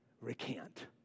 recant